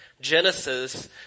Genesis